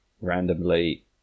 randomly